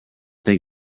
think